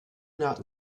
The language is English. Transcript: not